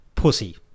pussy